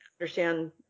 understand